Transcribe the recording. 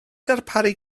darparu